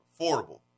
affordable